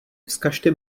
vzkažte